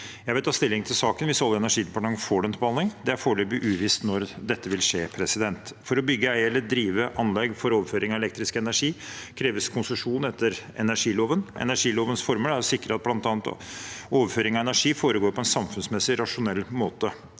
Jeg vil ta stilling til saken hvis Olje- og energidepartementet får den til behandling. Det er foreløpig uvisst når dette vil skje. For å bygge, eie eller drive anlegg for overføring av elektrisk energi kreves konsesjon etter energiloven. Energilovens formål er å sikre at bl.a. overføring av energi «foregår på en samfunnsmessig rasjonell måte,